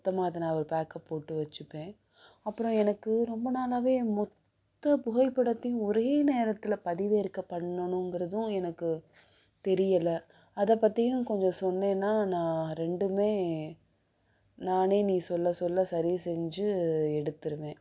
மொத்தமாக அதை நான் ஒரு பேக்கப் போட்டு வைச்சிப்பேன் அப்புறம் எனக்கு ரொம்ப நாளாகவே மொத்த புகைப்படத்தையும் ஒரே நேரத்த்தில் பதிவிறக்கம் பண்ணணும்ங்கிறதும் எனக்கு தெரியலை அதை பற்றியும் கொஞ்சம் சொன்னேன்னா நான் ரெண்டுமே நானே நீ சொல்ல சொல்ல சரி செஞ்சு எடுத்துடுவேன்